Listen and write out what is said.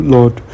Lord